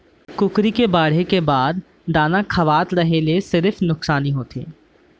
कुकरी के बाड़हे के बाद दाना खवावत रेहे ल सिरिफ नुकसानी होथे